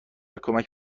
کمک